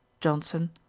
johnson